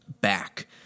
back